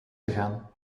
gegaan